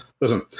Listen